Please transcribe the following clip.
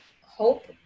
hope